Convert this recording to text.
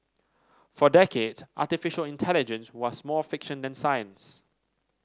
for decades artificial intelligence was more fiction than science